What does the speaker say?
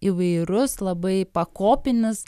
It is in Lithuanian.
įvairus labai pakopinis